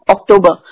October